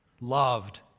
loved